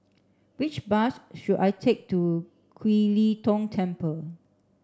which bus should I take to Kiew Lee Tong Temple